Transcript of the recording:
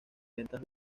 ventas